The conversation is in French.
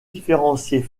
différencier